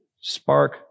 spark